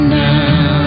now